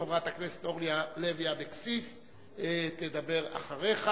חברת הכנסת אורלי לוי אבקסיס תדבר אחריך,